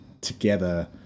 together